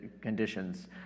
conditions